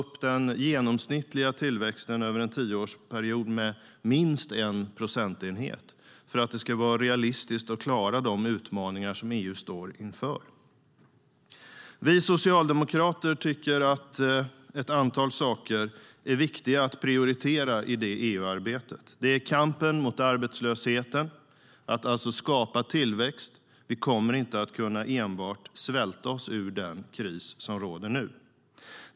Det första är kampen mot arbetslösheten och att skapa tillväxt.